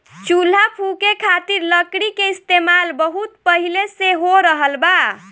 चूल्हा फुके खातिर लकड़ी के इस्तेमाल बहुत पहिले से हो रहल बा